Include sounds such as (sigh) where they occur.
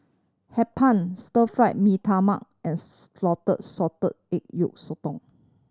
Hee Pan Stir Fried Mee Tai Mak and (unintelligible) salted egg yolk sotong